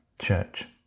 church